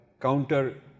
counter